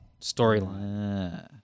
storyline